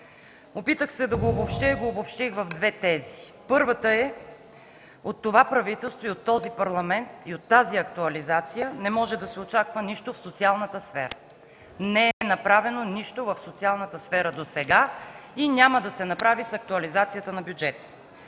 Опитах се да го обобщя в две тези. Първата е – от това правителство, от този парламент и от тази актуализация не може да се очаква нищо в социалната сфера. Не е направено нищо в социалната сфера досега и няма да се направи с актуализацията на бюджета.